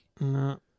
No